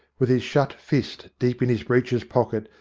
with his shut fist deep in his breeches pocket,